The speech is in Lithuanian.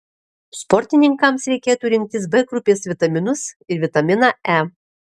sportininkams reikėtų rinktis b grupės vitaminus ir vitaminą e